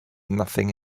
nothing